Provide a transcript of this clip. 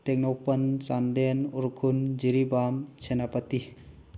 Tengnoupal Chandel Ukhrul Jiribam Senapati